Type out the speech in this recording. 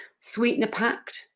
sweetener-packed